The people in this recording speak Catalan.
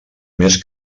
més